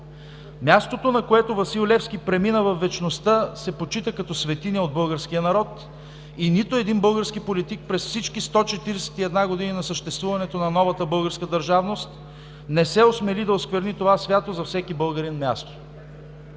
Мястото, на което Васил Левски премина във вечността, се почита като светиня от българския народ и нито един български политик през всички 141 години на съществуването на новата българска държавност не се осмели да оскверни това свято за всеки българин място.